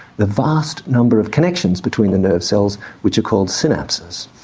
the vast number of connections between the nerve cells which are called synapses.